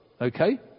okay